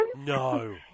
No